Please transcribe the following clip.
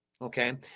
Okay